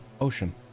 ocean